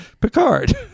Picard